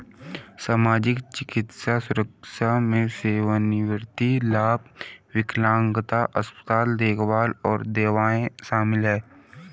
सामाजिक, चिकित्सा सुरक्षा में सेवानिवृत्ति लाभ, विकलांगता, अस्पताल देखभाल और दवाएं शामिल हैं